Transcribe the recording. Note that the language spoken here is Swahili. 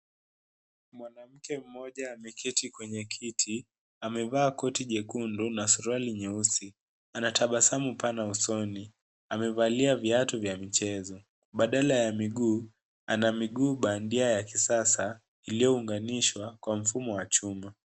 Mwanamke mmoja ameketi kwenye kiti. Amevaa koti jekundu na suruali nyeusi. Anatabasamu pana usoni. Amevalia viatu vya mchezo. Badala ya miguu ana miguu bandia ya kisasa iliyounganishwa kwa mfumo wa chuma.